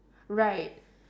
right